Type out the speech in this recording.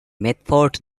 mitford